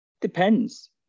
depends